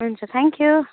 हुन्छ थ्याङ्क्यु